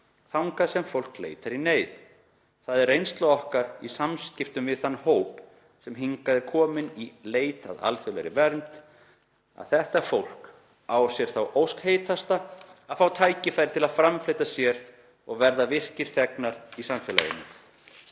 þangað sem fólk leitar í neyð. Það er reynsla okkar í samskiptum við þann hóp fólks sem hingað er kominn í leit að alþjóðlegri vernd, að þetta fólk á sér þá ósk heitasta að fá tækifæri til að framfleyta sér og að verða virkir þegnar í samfélaginu.“